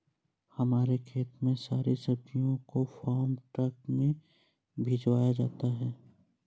हमारे खेत से सारी सब्जियों को फार्म ट्रक में भिजवाया जाता है